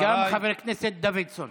וגם חבר הכנסת דוידסון.